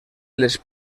les